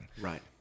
Right